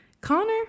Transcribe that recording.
Connor